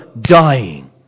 dying